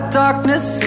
darkness